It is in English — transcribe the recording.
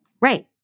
Right